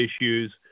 issues